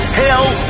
hell